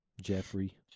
Jeffrey